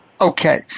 Okay